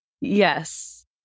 Yes